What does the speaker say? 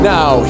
Now